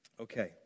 Okay